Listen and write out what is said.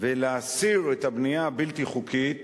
ולהסיר את הבנייה הבלתי-חוקית